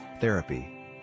Therapy